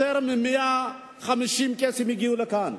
יותר מ-150 קייסים הגיעו לכאן,